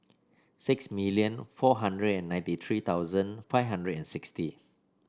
six million four hundred and ninety three thousand five hundred and sixty